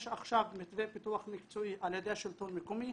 יש עכשיו מתווה פיתוח מקצועי על ידי השלטון המקומי.